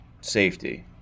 safety